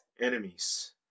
enemies